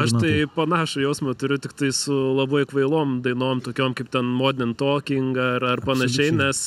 aš tai panašų jausmą turiu tiktai su labai kvailom dainom tokiom kaip ten modern talking ar ar panašiai nes